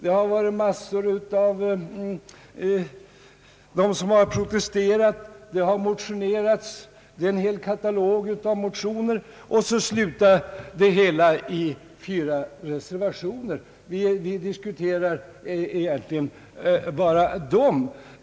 Det har förekommit massor av protester, en hel katalog av motioner har avgivits osv., och så slutar det hela i fyra reservationer, och det är i dag närmast bara dem vi diskuterar.